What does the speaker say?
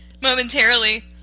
momentarily